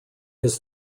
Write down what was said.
his